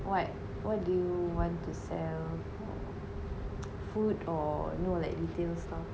what what do you want to sell like food or you know like retail stuff